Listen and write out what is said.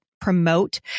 promote